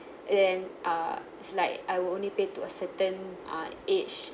then uh it's like I will only pay to a certain uh age